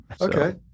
Okay